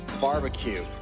barbecue